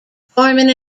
forming